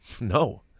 no